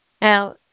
Now